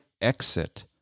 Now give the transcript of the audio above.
exit